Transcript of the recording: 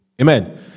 Amen